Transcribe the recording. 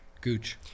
gooch